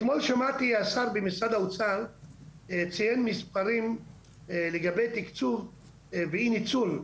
אתמול שמעתי את השר במשרד האוצר ציין מספרים לגבי תקצוב ואי ניצול,